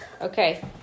Okay